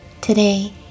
Today